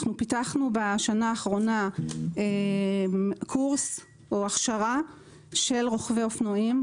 פיתחנו בשנה האחרונה קורס או הכשרה של רוכבי אופנועים,